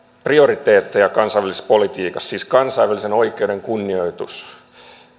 prioriteetteja kansainvälisessä politiikassa siis kansainvälisen oikeuden kunnioitus